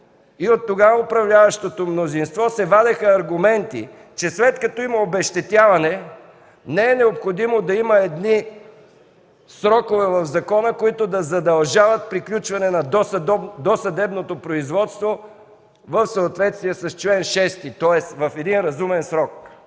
и от тогава управляващото мнозинство се вадеха аргументи, че след като има обезщетяване, не е необходимо да има срокове в закона, които да задължават приключване на досъдебното производство в съответствие с чл. 6, тоест в един разумен срок.